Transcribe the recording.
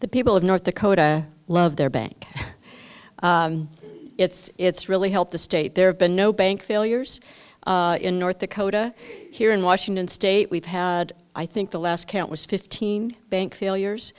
the people of north dakota love their bank it's really helped the state there have been no bank failures in north dakota here in washington state we've had i think the last count was fifteen bank failures